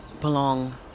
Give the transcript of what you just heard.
belong